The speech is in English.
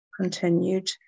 continued